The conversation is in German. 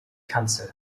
kanzel